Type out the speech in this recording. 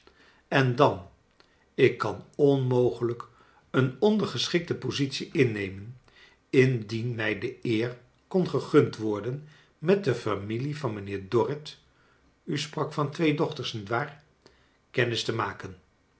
en dan ik kan onmogelijk een ondergeschikte positie innemen indien mij de eer kon gegund worden met de familie van mijnheer dorrit u sprak van twee dochters nietwaar kennis te makea